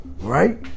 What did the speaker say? Right